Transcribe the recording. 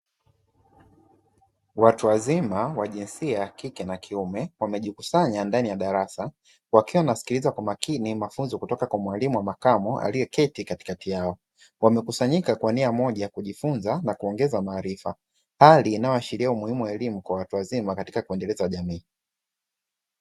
Watu wazima wa jinsia ya kike na kiume wamejikusanya ndani ya darasa wakiwa wanasikiliza kwa makini mafunzo kutoka kwa mwalimu wa makamo aliyeketi katikati yao. Wamekusanyika kwa nia moja ya kujifunza na kuongeza maarifa hali inayoashiria umuhimu wa elimu kwa watu wazima katika kuendeleza jamii.